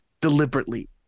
Deliberately